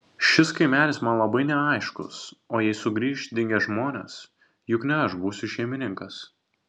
šis kaimelis man labai neaiškus o jei sugrįš dingę žmonės juk ne aš būsiu šeimininkas